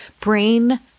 Brain